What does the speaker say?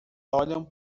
olham